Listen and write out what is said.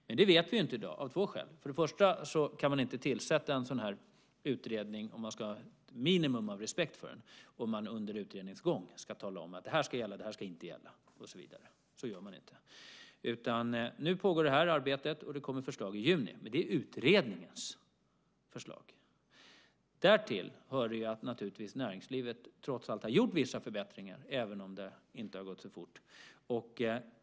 Men det vet vi inte i dag. Man kan inte tillsätta en sådan här utredning, om man ska ha ett minimum av respekt för den, om man under utredningens gång ska tala om att det här ska gälla och det här ska inte gälla. Så gör man inte. Nu pågår det arbetet, och det kommer förslag i juni. Det blir utredningens förslag. Därtill hör att näringslivet trots allt naturligtvis har gjort vissa förbättringar även om det inte har gått så fort.